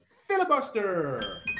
filibuster